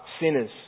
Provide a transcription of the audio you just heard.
sinners